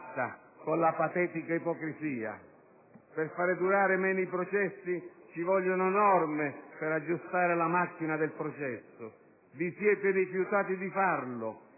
Grazie,